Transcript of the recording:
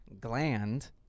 gland